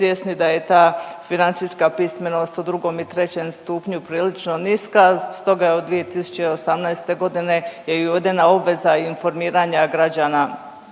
da je ta financijska pismenost u drugom i trećem stupnju prilično niska, stoga je od 2018. godine je uvedena obveza informiranja građana